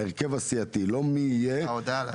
ההרכב הסיעתי לא שמי,